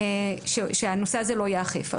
שהנושא הזה לא ייאכף.